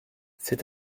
cet